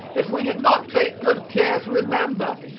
if we did not take good care to remember,